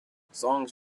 songs